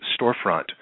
storefront